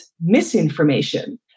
misinformation